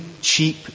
cheap